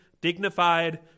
dignified